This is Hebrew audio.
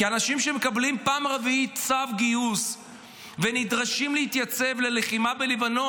כי אנשים שמקבלים פעם רביעית צו גיוס ונדרשים להתייצב ללחימה בלבנון,